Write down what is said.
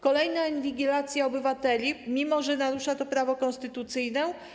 Kolejna inwigilacja obywateli, mimo że narusza to prawo konstytucyjne.